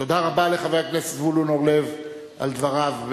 תודה רבה לחבר הכנסת זבולון אורלב על דבריו,